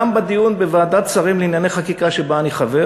גם בדיון בוועדת שרים לענייני חקיקה שבה אני חבר